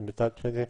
מצד שני,